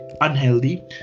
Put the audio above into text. unhealthy